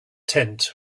tent